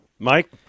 Mike